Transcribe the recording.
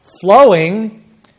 flowing